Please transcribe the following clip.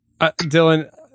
Dylan